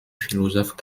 philosophe